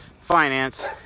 finance